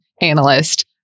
analyst